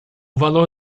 valor